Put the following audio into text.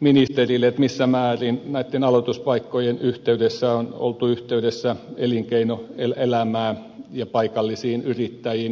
ministerille missä määrin näitten aloituspaikkojen yhteydessä on oltu yhteydessä elinkeinoelämään ja paikallisiin yrittäjiin